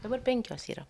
dabar penkios yra